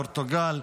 פורטוגל,